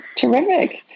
terrific